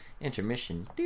Intermission